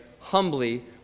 Humbly